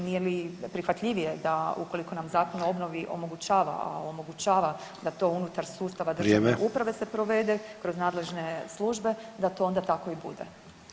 Nije li prihvatljivije da ukoliko nam Zakon o obnovi omogućava, a omogućava da to unutar sustava državne uprave se provede [[Upadica Sanader: Vrijeme.]] kroz nadležne službe, da to onda tako i bude.